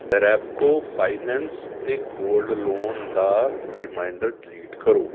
Repco finance ਅਤੇ gold loan ਦਾ reminder delete ਕਰੋ